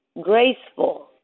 graceful